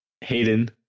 Hayden